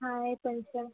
હા એ પણ છે